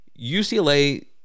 UCLA